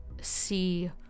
see